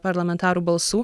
parlamentarų balsų